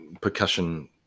percussion